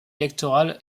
électoral